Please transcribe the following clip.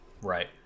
right